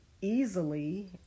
easily